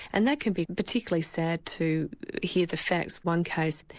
and that can be particularly sad to hear the facts. one case,